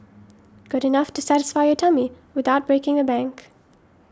good enough to satisfy your tummy without breaking the bank